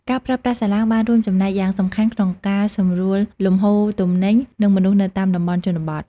ការប្រើប្រាស់សាឡាងបានរួមចំណែកយ៉ាងសំខាន់ក្នុងការសម្រួលលំហូរទំនិញនិងមនុស្សនៅតាមតំបន់ជនបទ។